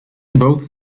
both